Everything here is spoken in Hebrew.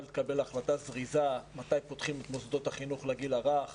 תקבל החלטה זריזה מתי פותחים את מוסדות החינוך לגיל הרך